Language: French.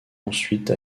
ensuite